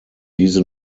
diese